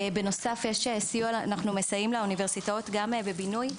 בנוסף אנחנו מסייעים לאוניברסיטאות גם בבינוי.